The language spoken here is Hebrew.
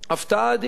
הפתעה אדירה,